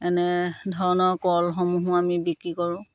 এনেধৰণৰ কলসমূহো আমি বিক্ৰী কৰোঁ